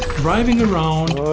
driving around,